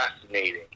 fascinating